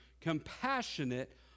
compassionate